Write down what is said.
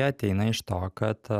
ateina iš to kad